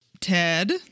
Ted